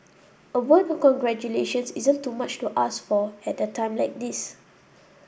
a word of congratulations isn't too much to ask for at a time like this